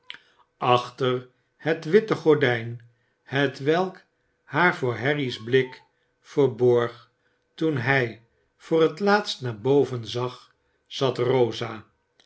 achter het witte gordijn hetwelk haar voor harry's blik verborg toen hij voor het laatst naar boven zag zat rosa